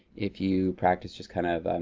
if you practice just kind of,